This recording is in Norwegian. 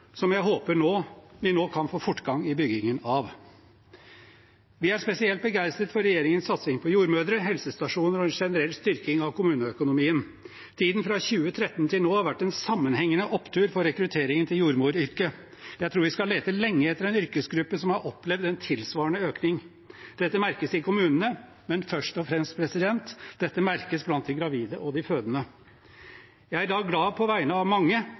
som jeg håper vi nå kan få fortgang i byggingen av. Vi er spesielt begeistret for regjeringens satsing på jordmødre, helsestasjoner og en generell styrking av kommuneøkonomien. Tiden fra 2013 til nå har vært en sammenhengende opptur for rekrutteringen til jordmoryrket. Jeg tror vi skal lete lenge etter en yrkesgruppe som har opplevd en tilsvarende økning. Dette merkes i kommunene. Men først og fremst: Dette merkes blant de gravide og de fødende. Jeg er i dag glad på vegne av de mange